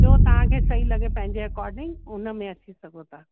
जो तव्हांखे सई लॻे पंहिंजे अकॉडींग उनमें अची सघो था